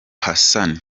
hassan